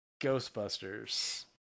Ghostbusters